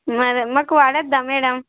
మరి మాకు పడద్దా మేడం